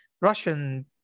Russian